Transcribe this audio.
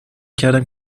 کردم